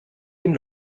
dem